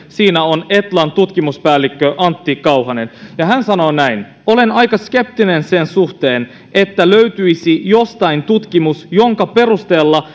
siinä on etlan tutkimuspäällikkö antti kauhanen ja hän sanoo näin olen aika skeptinen sen suhteen että löytyisi jostain tutkimus jonka perusteella